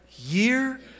year